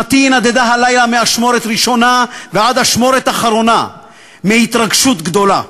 שנתי נדדה הלילה מאשמורת ראשונה ועד אשמורת אחרונה מההתרגשות הגדולה.